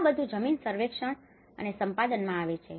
તેથી આ બધું જમીન સર્વેક્ષણ અને સંપાદનમાં આવે છે